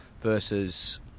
versus